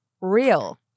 real